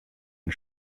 une